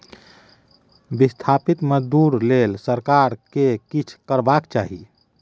बिस्थापित मजदूर लेल सरकार केँ किछ करबाक चाही